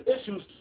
issues